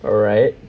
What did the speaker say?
alright